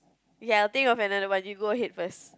ya I'll think of another one you go ahead first